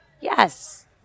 Yes